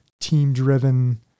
team-driven